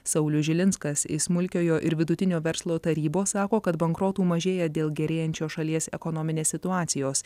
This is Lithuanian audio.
saulius žilinskas iš smulkiojo ir vidutinio verslo tarybos sako kad bankrotų mažėja dėl gerėjančios šalies ekonominės situacijos